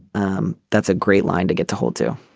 um that's a great line to get to hold to.